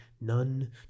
none